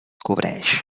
cobreix